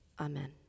Amen